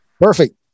Perfect